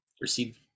receive